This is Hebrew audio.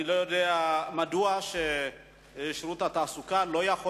אני לא יודע מדוע שירות התעסוקה לא יכול